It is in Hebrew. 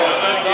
מה זה תתרכז?